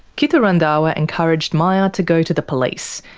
kittu randhawa encouraged maya to go to the police,